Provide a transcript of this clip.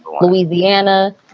Louisiana